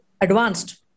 advanced